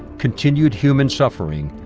continued human suffering,